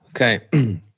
Okay